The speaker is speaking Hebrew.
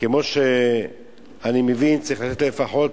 כמו שאני מבין, צריך לתת להם לפחות